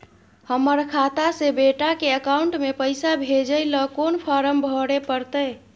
हमर खाता से बेटा के अकाउंट में पैसा भेजै ल कोन फारम भरै परतै?